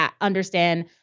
understand